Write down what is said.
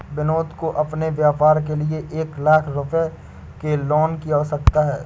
विनोद को अपने व्यापार के लिए एक लाख रूपए के लोन की आवश्यकता है